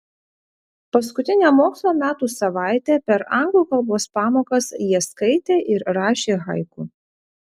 paskutinę mokslo metų savaitę per anglų kalbos pamokas jie skaitė ir rašė haiku